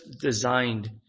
designed